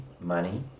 money